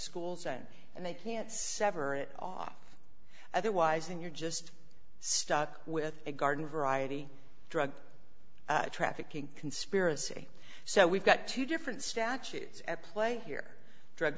school zone and they can't sever it off otherwise and you're just stuck with a garden variety drug trafficking conspiracy so we've got two different statutes at play